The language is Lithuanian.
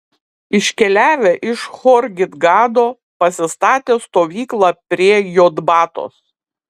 iškeliavę iš hor gidgado pasistatė stovyklą prie jotbatos